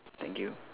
thank you